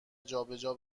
جابجا